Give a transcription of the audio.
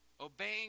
Obeying